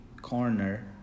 corner